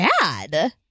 dad